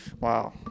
Wow